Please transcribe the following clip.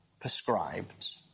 prescribed